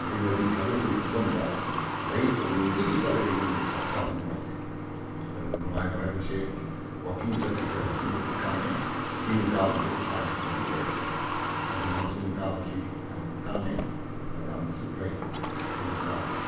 ꯍꯩꯅꯕꯤ ꯊꯥꯗꯣꯛꯄꯒꯤ ꯐꯤꯕꯝꯗ ꯂꯩ ꯑꯗꯨ ꯅꯨꯡꯇꯤꯒꯤ ꯆꯠꯂꯒ ꯑꯩꯉꯣꯟꯗ ꯍꯛꯆꯥꯡꯗ ꯅꯨꯡꯉꯥꯏꯖꯩ ꯑꯗꯨꯅ ꯅꯨꯡꯉꯥꯏꯕ ꯍꯥꯏꯕꯁꯦ ꯋꯥꯛꯀꯤꯡ ꯆꯠꯄꯁꯦ ꯑꯗꯨꯛꯀꯤ ꯃꯇꯤꯛ ꯀꯥꯟꯅꯩ ꯆꯤꯡ ꯀꯥꯕꯁꯦ ꯏꯁꯥꯒꯤ ꯍꯩꯅꯕꯤ ꯑꯣꯏ ꯑꯗꯨꯅ ꯆꯤꯡ ꯀꯥꯕꯁꯤ ꯌꯥꯝꯅ ꯀꯥꯟꯅꯩ ꯌꯥꯝꯅꯁꯨ ꯐꯩ ꯆꯤꯡ ꯀꯥꯕꯁꯦ